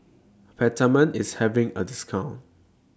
Peptamen IS having A discount